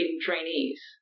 trainees